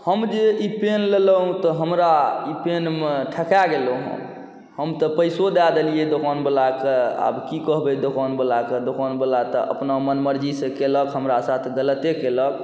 हम जे ई पेन लेलहुँ तऽ हमरा ई पेनमे ठका गेलहुँ हम हम तऽ पइसो दऽ देलिए दोकानवलाके आब कि कहबै दोकानवलाके दोकानवला तऽ अपना मनमर्जीसँ केलक हमरा साथ गलते केलक